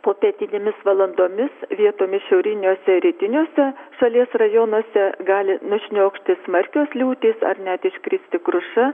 popietinėmis valandomis vietomis šiauriniuose rytiniuose šalies rajonuose gali nušniokšti smarkios liūtys ar net iškristi kruša